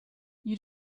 you